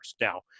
Now